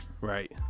Right